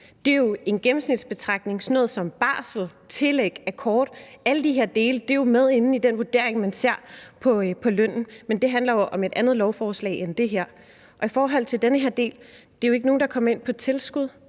det er jo en gennemsnitsbetragtning. Der er sådan noget som barsel, tillæg, akkord. Alle de her dele er jo med inde i den vurdering, man ser på lønnen. Men det handler jo om et andet lovforslag end det her. I forhold til den her del er der jo ikke nogen, der er kommet ind på tilskud.